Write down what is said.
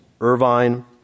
Irvine